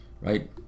right